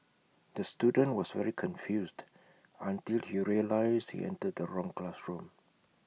the student was very confused until he realised he entered the wrong classroom